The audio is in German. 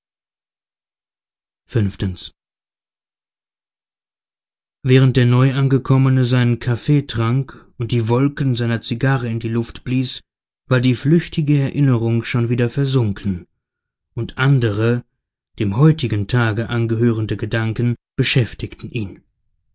v während der neuangekommene seinen kaffee trank und die wolken seiner zigarre in die luft blies war die flüchtige erinnerung schon wieder versunken und andere dem heutigen tage angehörende gedanken beschäftigten ihn